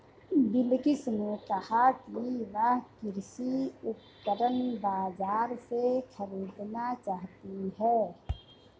बिलकिश ने कहा कि वह कृषि उपकरण बाजार से खरीदना चाहती है